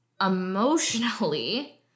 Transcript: emotionally